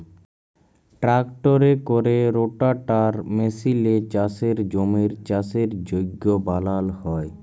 ট্রাক্টরে ক্যরে রোটাটার মেসিলে চাষের জমির চাষের যগ্য বালাল হ্যয়